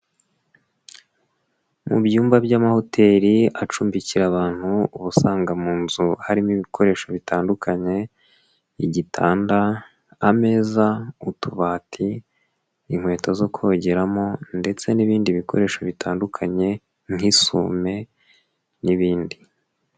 Mu byumba by'amahoteli acumbikira abantu, ubusanga mu nzu harimo ibikoresho bitandukanye, igitanda, ameza, utubati, inkweto zo kogeramo ndetse n'ibindi bikoresho bitandukanye nk'isume n'ibindi.